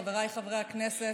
חבריי חברי הכנסת,